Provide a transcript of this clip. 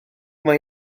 mae